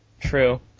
True